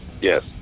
yes